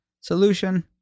Solution